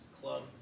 club